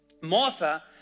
Martha